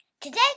Today